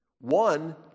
one